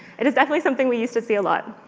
it is definitely something we used to see a lot.